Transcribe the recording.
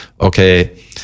okay